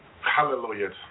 Hallelujah